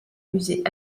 musées